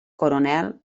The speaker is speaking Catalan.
coronel